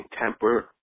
temper